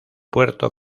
puerto